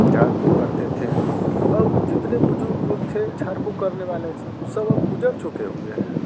झाड़ फूँक करते थे अब जितने बुज़ुर्ग लोग थे झाड़ फूँक करने वाले सब सब अब गुज़र चुके हुए हैं